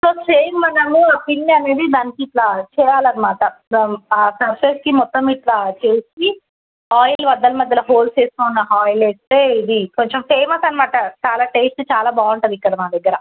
so same మనము పిండి అనేది దానికి ఇట్లా చేయాలి అన్నమాట ఆ మొత్తం ఇట్లా చేసి ఆయిల్ మధ్యలో మధ్యలో హోల్స్ చేసుకొని దాంట్లో ఆయిల్ వేస్తే ఇది కొంచెం ఫేమస్ అన్నమాట చాలా టెస్ట్ చాలా బాగుంటుంది ఇక్కడ మా దగ్గర